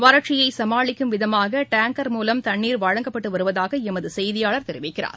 வறட்சியை சமாளிக்கும் விதமாக டேங்கர் மூலம் தண்ணீர் வழங்கப்பட்டு வருவதாக எமது செய்தியாளர் தெரிவிக்கிறார்